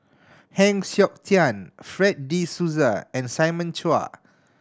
Heng Siok Tian Fred De Souza and Simon Chua